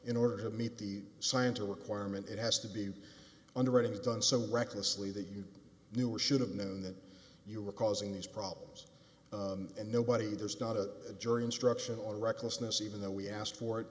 in order to meet the scientist requirement it has to be underwriting is done so recklessly that you knew or should have known that you were causing these problems and nobody there's not a jury instruction or recklessness even though we asked for it